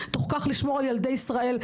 בתוך כך לשמור על ילדי ישראל.